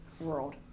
world